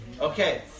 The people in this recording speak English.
Okay